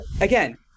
again